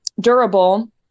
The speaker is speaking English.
durable